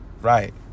Right